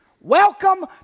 Welcome